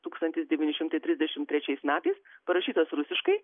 tūkstantis devyni šimtai trisdešimt trečiais metais parašytas rusiškai